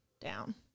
down